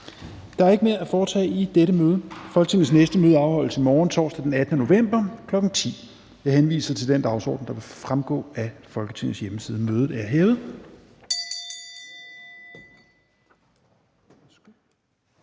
Der er ikke mere at foretage i dette møde. Folketingets næste møde afholdes i morgen, torsdag den 18. november 2021, kl. 10.00. Jeg henviser til den dagsorden, der vil fremgå af Folketingets hjemmeside. Mødet er hævet.